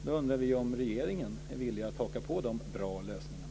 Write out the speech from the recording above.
Nu undrar vi om regeringen är villig att haka på de bra lösningarna.